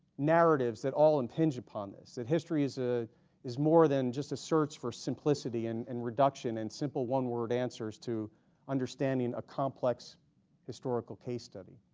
narratives that all impinge upon this that history is a is more than just a search for simplicity and and reduction and simple one-word answers to understanding a complex historical case study.